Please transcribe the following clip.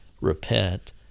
repent